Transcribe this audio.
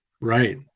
right